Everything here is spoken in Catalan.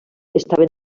estaven